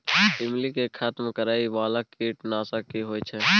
ईमली के खतम करैय बाला कीट नासक की होय छै?